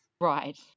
Right